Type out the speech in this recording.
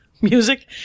music